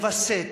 לווסת,